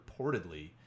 reportedly